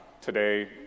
Today